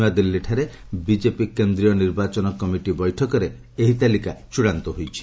ନୂଆଦିଲ୍ଲୀଠାରେ ବିଜେପି କେନ୍ଦ୍ରୀୟ ନିର୍ବାଚନ କମିଟି ବୈଠକରେ ଏହି ତାଲିକା ଚୂଡ଼ାନ୍ତ ହୋଇଛି